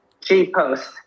G-Post